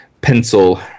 pencil